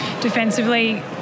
Defensively